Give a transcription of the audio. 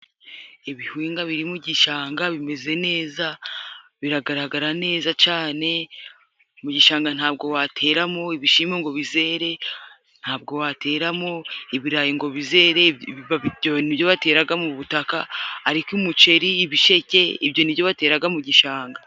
Ibihingwa biri mu gishanga bimeze neza, biragaragara neza cyane, mu gishanga nta bwo wateramo ibishyimbo ngo bizere, nta bwo wateramo ibirayi ngo bizere, ibyo ni byo batera mu butaka. Ariko umuceri, ibisheke ibyo nibyo bater mu gishanga.